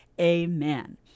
Amen